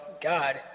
God